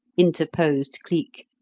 interposed cleek.